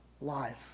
life